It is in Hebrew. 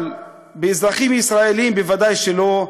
אבל באזרחים ישראלים, ודאי שלא.